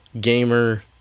gamer